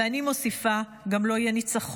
ואני מוסיפה: גם לא יהיה ניצחון.